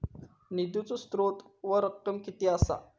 निधीचो स्त्रोत व रक्कम कीती असा?